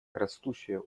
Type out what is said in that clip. растущая